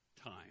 time